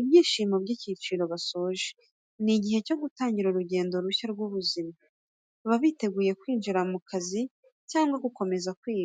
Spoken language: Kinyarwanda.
ibyishimo by’icyiciro basoje. Ni igihe cyo gutangira urugendo rushya mu buzima, baba biteguye kwinjira mu kazi cyangwa gukomeza kwiga.